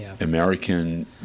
American